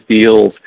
deals